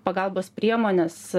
pagalbos priemones